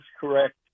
correct